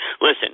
Listen